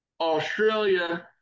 Australia